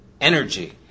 energy